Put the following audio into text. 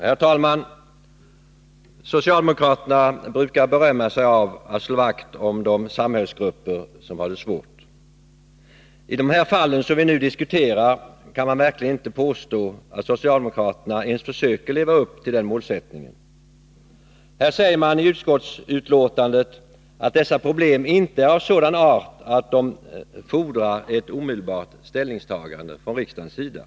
Herr talman! Socialdemokraterna brukar berömma sig av att slå vakt om de samhällsgrupper som har det svårt. När det gäller de fall som vi nu diskuterar kan man verkligen inte påstå att de ens försöker leva upp till den målsättningen. I betänkandet säger man nämligen att dessa problem inte är av sådan art att de fordrar ett omedelbart ställningstagande från riksdagens sida.